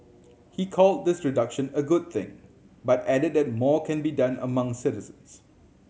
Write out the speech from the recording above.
he called this reduction a good thing but added that more can be done among citizens